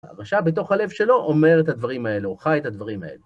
הרשע בתוך הלב שלו אומר את הדברים האלו, חי את הדברים האלו.